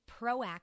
proactive